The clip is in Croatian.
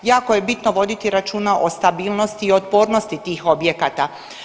Jako je bitno voditi računa o stabilnosti i otpornosti tih objekata.